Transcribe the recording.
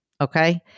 okay